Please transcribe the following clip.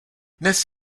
dnes